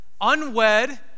unwed